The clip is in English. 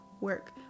work